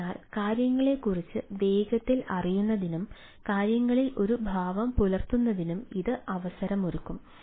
അതിനാൽ കാര്യങ്ങളെക്കുറിച്ച് വേഗത്തിൽ അറിയുന്നതിനും കാര്യങ്ങളിൽ ഒരു ഭാവം പുലർത്തുന്നതിനും ഇത് അവസരമൊരുക്കും